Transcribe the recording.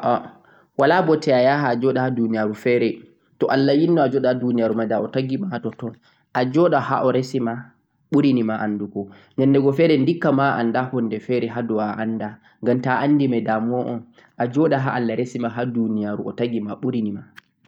Wala bote joɗugo ha duniyaru feere, to Allah yinno ajuɗa ha duniyaru feere da'o tagima ha totton. Ajoɗa ha o tagima ɓurinima